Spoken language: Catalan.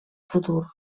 futur